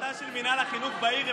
זו החלטה של מינהל החינוך בעיר,